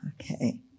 Okay